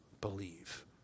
believe